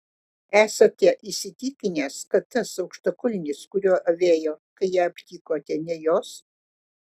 esate įsitikinęs kad tas aukštakulnis kuriuo avėjo kai ją aptikote ne jos